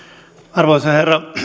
arvoisa herra